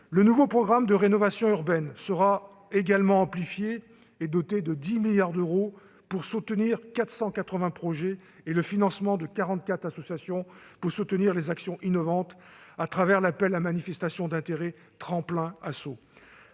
Le nouveau programme de rénovation urbaine sera également amplifié et doté de 10 milliards d'euros, afin de soutenir 480 projets et de financer 44 associations qui contribuent à des actions innovantes à travers l'appel à manifestation d'intérêt « Tremplin Asso ».